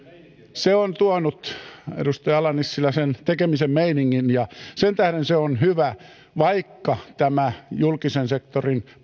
se on tuonut edustaja ala nissilä sen tekemisen meiningin ja sen tähden se on hyvä vaikka tämä julkisen sektorin